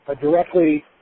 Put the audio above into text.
directly